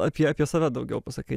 apie apie save daugiau pasakai